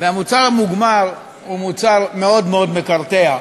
והמוצר המוגמר הוא מוצר מאוד מאוד מקרטע,